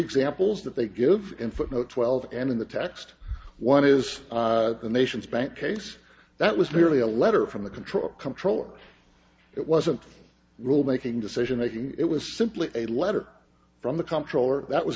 examples that they give in footnote twelve and in the text one is the nation's bank case that was merely a letter from the control controller it wasn't a rule making decision making it was simply a letter from the comptroller that was